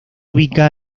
ubica